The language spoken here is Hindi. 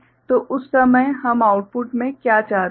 तो उस समय हम आउटपुट में क्या चाहते हैं